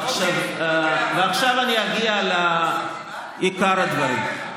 עכשיו אני אגיע לעיקר הדברים.